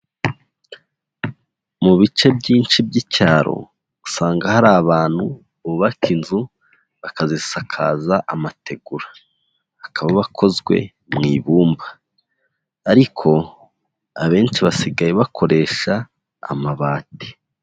Mu bice byinshi by'icyaro, usanga hari abantu bubaka inzu bakazisakaza amategura, akaba bakozwe mu ibumba, ariko abenshi basigaye bakoresha amabati.